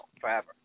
forever